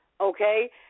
okay